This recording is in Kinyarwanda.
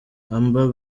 amber